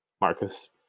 Marcus